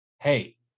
hey